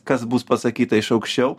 kas bus pasakyta iš aukščiau